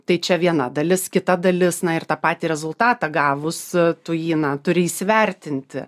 tai čia viena dalis kita dalis na ir tą patį rezultatą gavus tu jį na turi įsivertinti